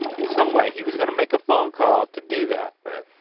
in some way, he was gonna make a phone call to do that. right.